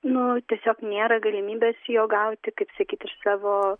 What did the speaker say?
nu tiesiog nėra galimybės jo gauti kaip sakyt iš savo